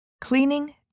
cleaning